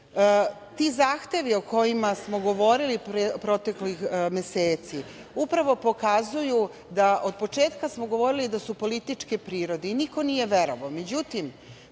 Ti zahtevi o kojima smo govorili proteklih meseci upravo pokazuju da od početka smo govorili da su političke prirode i niko nije